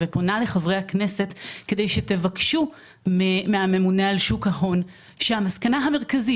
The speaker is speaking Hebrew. ופונה לחברי הכנסת כדי שתבקשו מהממונה על שוק ההון שהמסקנה המרכזית